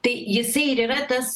tai jisai ir yra tas